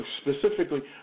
Specifically